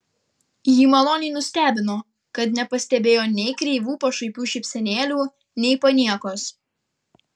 jį maloniai nustebino kad nepastebėjo nei kreivų pašaipių šypsenėlių nei paniekos